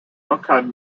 archive